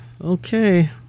Okay